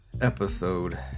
episode